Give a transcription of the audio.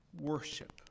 worship